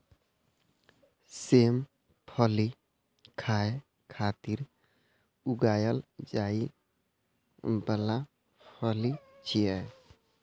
सेम फली खाय खातिर उगाएल जाइ बला फली छियै